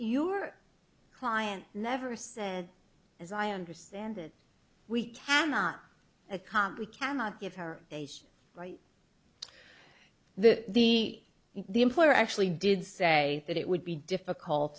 your client never said as i understand it we cannot accomplish cannot give her a right that the the employer actually did say that it would be difficult